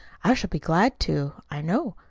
i shall be glad to, i know.